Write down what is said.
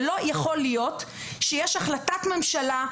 ולא יכול להיות שיש החלטת ממשלה,